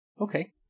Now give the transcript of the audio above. Okay